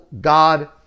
God